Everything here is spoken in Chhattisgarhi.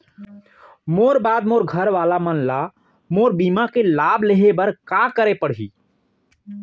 मोर बाद मोर घर वाला मन ला मोर बीमा के लाभ लेहे बर का करे पड़ही?